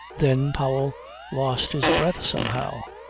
then powell lost his breath somehow.